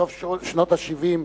סוף שנות ה-70,